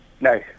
No